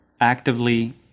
actively